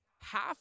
half